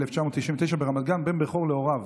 בפברואר 1999, ברמת גן, בן בכור להוריו.